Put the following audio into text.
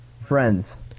Friends